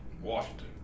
Washington